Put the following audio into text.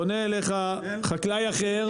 פונה אליך חקלאי אחר,